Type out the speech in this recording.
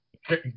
hey